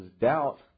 doubt